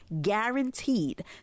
Guaranteed